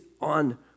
on